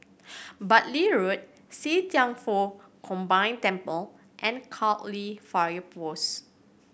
Bartley Road See Thian Foh Combine Temple and Cairnhill Fire Post